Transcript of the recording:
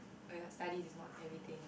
oh your studies is not everything